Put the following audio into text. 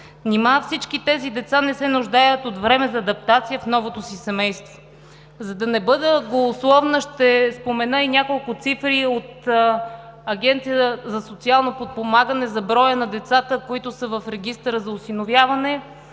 Нима всички тези деца не се нуждаят от време за адаптация в новото си семейство? За да не бъда голословна, ще спомена няколко цифри от Агенцията за социално подпомагане за броя на децата в регистъра за осиновяване.